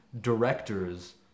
directors